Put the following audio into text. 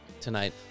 Tonight